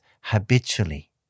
habitually